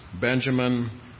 Benjamin